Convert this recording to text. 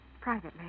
privately